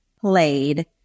played